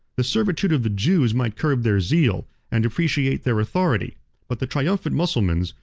the servitude of the jews might curb their zeal, and depreciate their authority but the triumphant mussulmans,